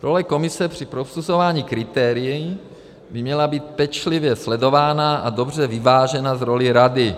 Role Komise při posuzování kritérií by měla být pečlivě sledována a dobře vyvážena s rolí Rady.